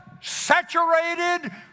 saturated